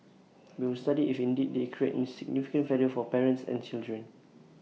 will study if indeed they create an significant value for parents and children